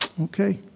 Okay